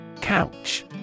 Couch